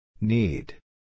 Need